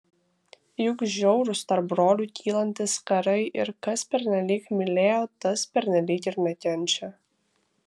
juk žiaurūs tarp brolių kylantys karai ir kas pernelyg mylėjo tas pernelyg ir nekenčia